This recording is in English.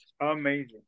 Amazing